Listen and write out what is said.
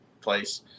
place